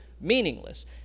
meaningless